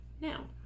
Now